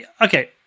Okay